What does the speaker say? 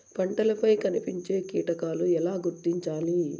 పంటలపై కనిపించే కీటకాలు ఎలా గుర్తించాలి?